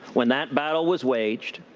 when that battle was waged,